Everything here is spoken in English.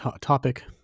topic